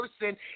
person